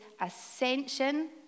ascension